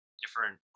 different